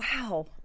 Wow